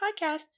podcasts